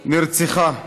נרצחה.